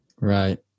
Right